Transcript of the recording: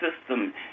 system